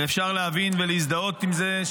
ואפשר להבין ולהזדהות עם זה,